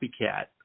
copycat